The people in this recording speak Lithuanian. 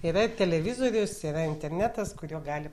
yra ir televizorius yra internetas kuriuo gali